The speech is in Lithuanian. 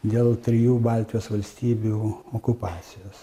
dėl trijų baltijos valstybių okupacijos